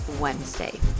Wednesday